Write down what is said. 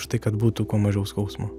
už tai kad būtų kuo mažiau skausmo